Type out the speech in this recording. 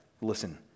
Listen